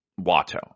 Watto